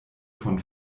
von